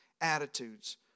attitudes